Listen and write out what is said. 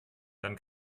dann